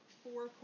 four